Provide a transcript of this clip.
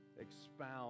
expound